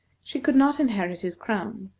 she could not inherit his crown,